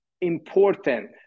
important